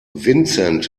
vincent